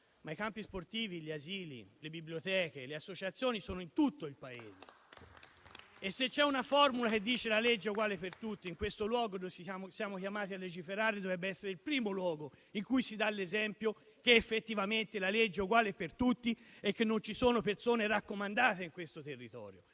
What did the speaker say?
Ma i campi sportivi, le biblioteche e le associazioni sono in tutto il Paese e, se c'è una formula che dice "la legge è uguale per tutti", questo luogo dove siamo chiamati a legiferare dovrebbe essere il primo in cui si dà l'esempio che effettivamente la legge è uguale per tutti e non ci sono persone raccomandate in questo territorio.